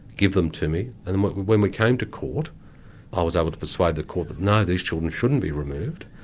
give them to me, and when we when we came to court i was able to persuade the court that no, these children shouldn't be removed,